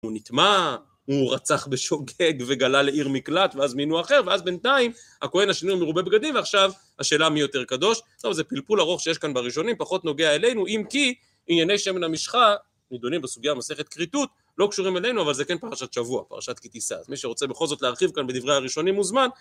הוא נטמע, הוא רצח בשוגג וגלה לעיר מקלט ואז מינו אחר ואז בינתיים הכוהן השני הוא מרובה בגדים ועכשיו השאלה מי יותר קדוש. טוב, זה פלפול ארוך שיש כאן בראשונים, פחות נוגע אלינו, אם כי ענייני שמן המשחה נדונים בסוגי המסכת כריתות לא קשורים אלינו אבל זה כן פרשת שבוע, פרשת כי תישא. אז מי שרוצה בכל זאת להרחיב כאן בדברי הראשונים מוזמן